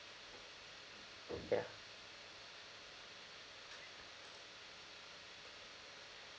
ya